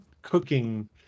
cooking